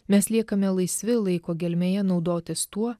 mes liekame laisvi laiko gelmėje naudotis tuo